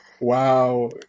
Wow